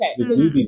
Okay